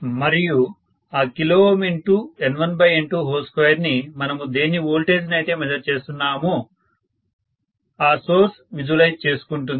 మరియు ఆ kΩN1N22ని మనము దేని వోల్టేజ్ నైతే మెజర్ చేస్తున్నామో ఆ సోర్స్ విజువలైజ్ చేసుకుంటుంది